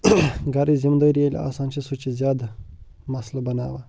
گَرٕچ ذِمدٲری ییٚلہِ آسان چھِ سُہ چھِ زیادٕ مسلہٕ بناوان